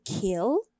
kill